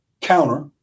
counter